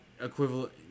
equivalent